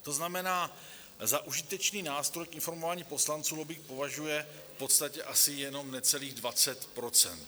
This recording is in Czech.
To znamená, za užitečný nástroj k informování poslanců lobbing považuje v podstatě asi jenom necelých 20 %.